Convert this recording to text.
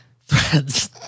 Threads